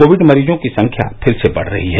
Covid मरीजों की संख्या फिर से बढ़ रही है